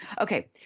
Okay